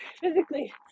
physically